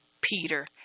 Peter